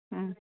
ಹ್ಞೂ